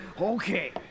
okay